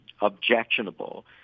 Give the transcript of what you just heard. objectionable